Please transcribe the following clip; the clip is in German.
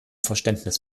verständnis